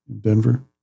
Denver